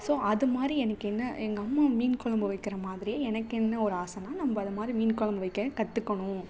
so அதுமாதிரி எனக்கென்ன எங்கள் அம்மா மீன் கொழம்பு வைக்கிறமாதிரியே எனக்கு என்ன ஒரு ஆசைன்னா நம்ப அதைமாரி மீன் கொழம்பு வைக்க கற்றுக்கணும்